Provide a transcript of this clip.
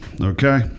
okay